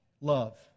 Love